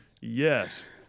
Yes